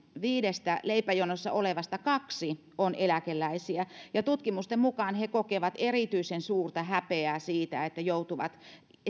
viidestä leipäjonossa olevasta kaksi on eläkeläisiä ja tutkimusten mukaan he kokevat erityisen suurta häpeää siitä että joutuvat